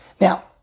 Now